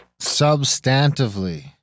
Substantively